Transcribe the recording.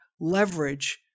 leverage